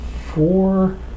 four